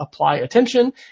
ApplyAttention